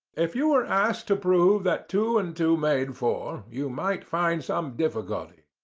if you were asked to prove that two and two made four, you might find some difficulty,